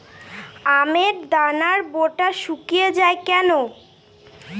আমের দানার বোঁটা শুকিয়ে য়ায় কেন?